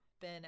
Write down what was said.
Ben